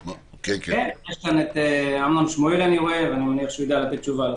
אמנון שמואל, ואני מניח שהוא יודע לתת תשובה.